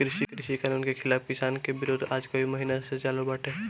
कृषि कानून के खिलाफ़ किसान के विरोध आज कई महिना से चालू बाटे